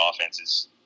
offenses